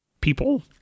people